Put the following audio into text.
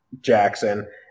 Jackson